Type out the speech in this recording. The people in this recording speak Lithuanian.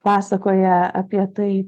pasakoja apie tai